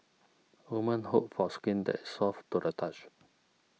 woman hope for skin that is soft to the touch